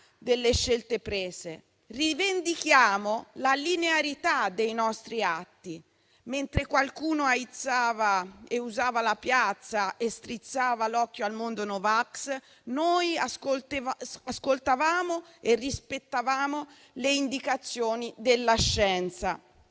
delle scelte prese. Rivendichiamo la linearità dei nostri atti. Mentre qualcuno aizzava e usava la piazza e strizzava l'occhio al mondo no vax, noi ascoltavamo e rispettavamo le indicazioni della scienza.